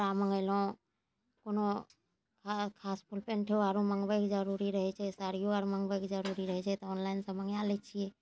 कपड़ा मंगेलहुॅं कोनो खास फूल पेन्टो आरो मंगबैके जरूरी रहै छै साड़िओ आर मँगबैके जरूरी रहै छै तऽ ऑनलाइन से मँगा लै छियै